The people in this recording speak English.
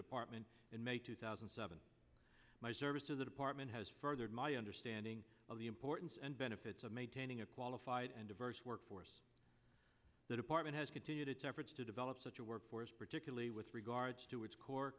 department in may two thousand and seven my service to the department has furthered my understanding of the importance and benefits of maintaining a qualified and diverse workforce the department has continued its efforts to develop such a workforce particularly with regards to its core